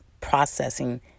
processing